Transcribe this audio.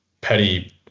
petty